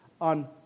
on